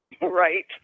Right